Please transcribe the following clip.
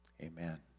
Amen